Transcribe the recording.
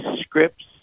scripts